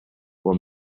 will